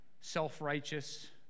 self-righteous